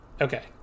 Okay